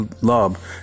love